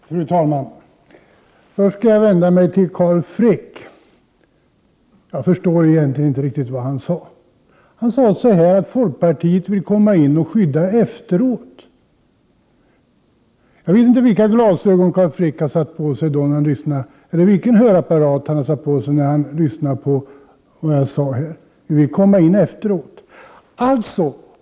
Fru talman! Först skall jag vända mig till Carl Frick. Jag förstod egentligen inte vad han sade. Han påstod att folkpartiet vill komma in och skydda efteråt. Jag vet inte vilken hörapparat som Carl Frick hade satt på sig när han lyssnade på mitt anförande.